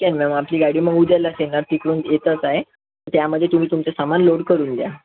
ठीक आहे मॅम आमची गाडी मग उद्यालाच येणार तिकडून येतच आहे त्यामध्ये तुम्ही तुमचं सामान लोड करून द्या